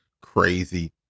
crazy